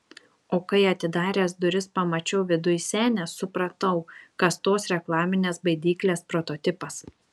o kai atidaręs duris pamačiau viduj senę supratau kas tos reklaminės baidyklės prototipas